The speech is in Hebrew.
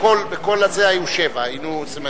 היו שבע הצבעות שמיות?